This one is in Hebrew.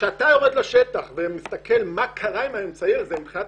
כשאתה יורד לשטח ובודק מה קרה עם האמצעי הזה מבחינת